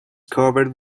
covered